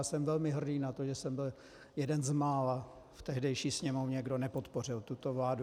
Jsem velmi hrdý na to, že jsem byl jeden z mála v tehdejší Sněmovně, kdo nepodpořil tuto vládu.